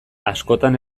askotan